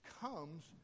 comes